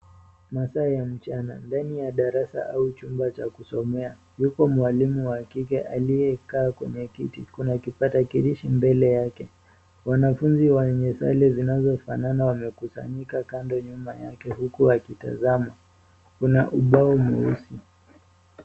Masaa ya mchana ndani ya darasa au chumba cha kusomea, yuko mwalimu wa kike aliyekaa kwenye kiti kuna kipatakilishi mbele yake .Wanafunzi wenye sare zinazofanana wamekusanyika kando nyuma yake, huku wakitazama. Kuna ubao mweusi.